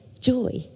joy